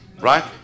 right